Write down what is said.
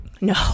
No